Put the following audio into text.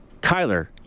Kyler